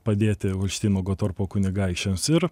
padėti holšteino gotorpo kunigaikščiams ir